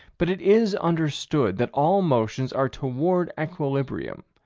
but it is understood that all motions are toward equilibrium